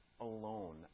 alone